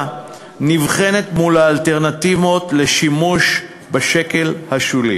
נבחנת מול האלטרנטיבות לשימוש בשקל השולי